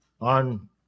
on